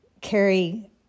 Carrie